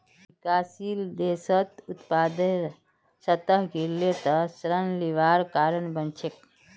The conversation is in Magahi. विकासशील देशत उत्पादेर स्तर गिरले त ऋण लिबार कारण बन छेक